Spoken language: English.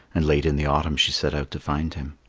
and late in the autumn she set out to find him.